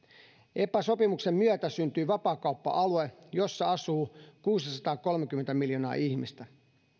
epa sopimuksen myötä syntyi vapaakauppa alue jolla asuu kuusisataakolmekymmentä miljoonaa ihmistä